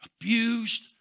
abused